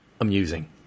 amusing